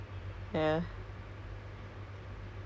!huh! ya lah basically jurong